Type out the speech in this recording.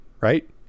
right